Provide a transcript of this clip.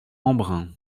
embrun